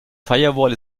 firewall